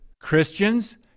Christians